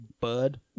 bud